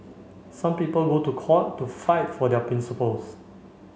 some people go to court to fight for their principles